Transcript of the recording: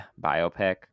biopic